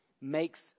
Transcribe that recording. makes